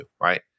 right